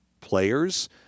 players